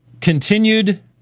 continued